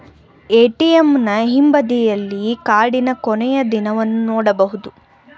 ಎ.ಟಿ.ಎಂನ ಹಿಂಬದಿಯಲ್ಲಿ ಕಾರ್ಡಿನ ಕೊನೆಯ ದಿನವನ್ನು ನೊಡಬಹುದು